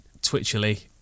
twitchily